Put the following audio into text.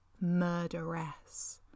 murderess